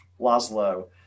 laszlo